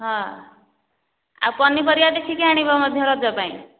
ହଁ ଆଉ ପନିପରିବା ଦେଖିକି ଆଣିବ ମଧ୍ୟ ରଜ ପାଇଁ